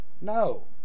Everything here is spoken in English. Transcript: No